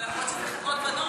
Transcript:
אבל אף שזה חברות בנות.